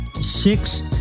six